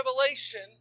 revelation